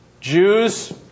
Jews